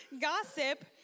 Gossip